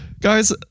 guys